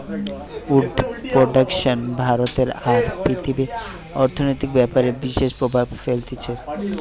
would production ভারতে আর পৃথিবীর অর্থনৈতিক ব্যাপারে বিশেষ প্রভাব ফেলতিছে